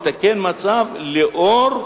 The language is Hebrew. מתקנת מצב לאור,